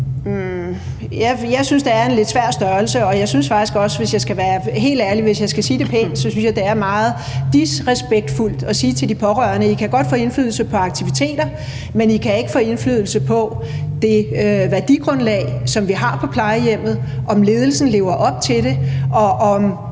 jeg synes, det er en lidt svær størrelse, og jeg synes faktisk også, hvis jeg skal være helt ærlig, at det er meget, hvis jeg skal sige det pænt, disrespektfuldt at sige til de pårørende: I kan godt få indflydelse på aktiviteter, men I kan ikke få indflydelse på det værdigrundlag, som vi har på plejehjemmet, og om ledelsen lever op til det, og om